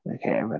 Okay